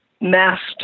masked